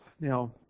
Now